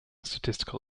statistical